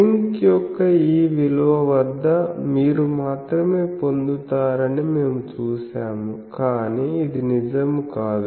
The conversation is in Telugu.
సింక్ యొక్క ఈ విలువ వద్ద మీరు మాత్రమే పొందుతారని మేము చూశాము కానీ ఇది నిజము కాదు